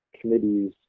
committees